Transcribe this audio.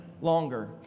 longer